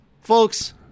Folks